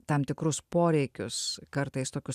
tam tikrus poreikius kartais tokius